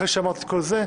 אחרי שאמרתי את כל זה,